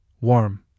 warm